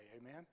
Amen